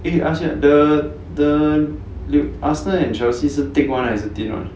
eh you ask you ah the the arsenal and chelsea 是 thick [one] 还是 thin [one]